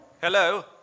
Hello